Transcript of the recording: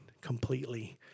completely